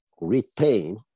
retain